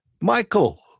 Michael